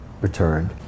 returned